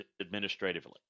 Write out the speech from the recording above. administratively